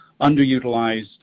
underutilized